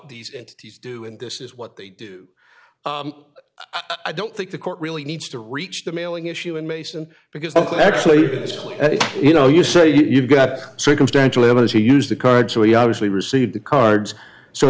these entities do and this is what they do i don't think the court really needs to reach the mailing issue in mason because they actually you know you say you've got circumstantial evidence he used the card so he obviously received the cards so